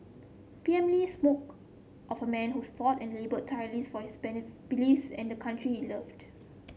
P M Lee spoke of a man who fought and laboured tireless for his benefit beliefs and the country he loved